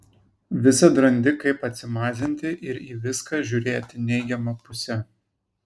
visad randi kaip atsimazinti ir į viską žiūrėti neigiama puse